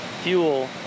fuel